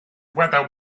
whether